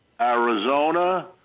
Arizona